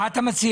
מה אתה מציע?